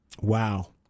Wow